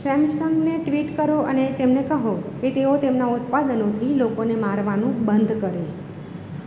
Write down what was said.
સેમસંગને tweet કરો અને તેમને કહો કે તેઓ તેમના ઉત્પાદનોથી લોકોને મારવાનું બંધ કરે